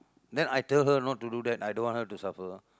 then I tell her not to do that I don't want her to suffer ah